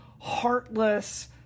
heartless